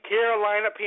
Carolina